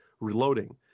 reloading